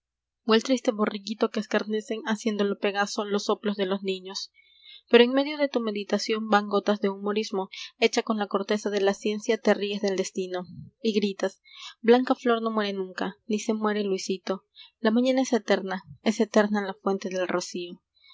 el triste borriquito que escarnecen haciéndolo pegaso los soplos de los niños pero enmedio de tu meditación van gotas de humorismo hecha con la corteza de la ciencia te ríes del destino y gritas blanca flor no muere nunca ni se muere luisito la mañana es eterna es eterna la fuente del rocío